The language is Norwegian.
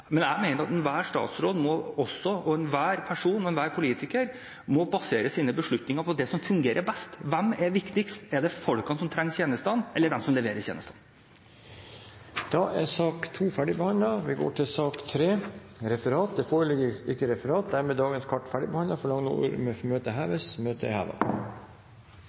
Men jeg mener at enhver statsråd, enhver politiker og enhver person må basere sine beslutninger på det som fungerer best. Hvem er viktigst – er det folkene som trenger tjenestene, eller de som leverer tjenestene? Dermed er sak nr. 2 ferdigbehandlet. Det foreligger ikke referat. Dermed er dagens kart ferdigbehandlet. Forlanger noen ordet før møtet heves? Så har ikke skjedd. – Møtet er